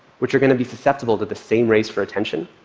which are going to be susceptible to the same race for attention,